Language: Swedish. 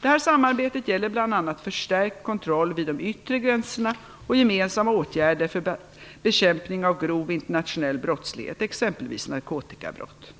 Detta samarbete gäller bl.a. förstärkt kontroll vid de yttre gränserna och gemensamma åtgärder för bekämpning av grov internationell brottslighet, exempelvis narkotikabrott.